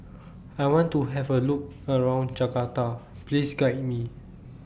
I want to Have A Look around Jakarta Please Guide Me